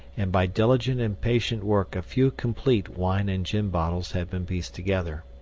and by diligent and patient work a few complete wine and gin bottles have been pieced together.